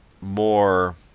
more